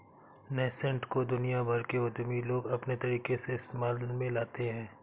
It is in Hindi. नैसैंट को दुनिया भर के उद्यमी लोग अपने तरीके से इस्तेमाल में लाते हैं